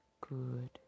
good